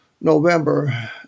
November